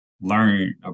learn